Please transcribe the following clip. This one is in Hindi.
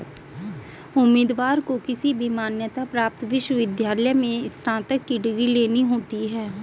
उम्मीदवार को किसी भी मान्यता प्राप्त विश्वविद्यालय से स्नातक की डिग्री लेना होती है